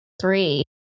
Three